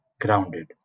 grounded